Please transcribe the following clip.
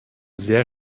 sehr